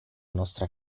nostra